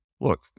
Look